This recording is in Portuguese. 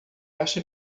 acha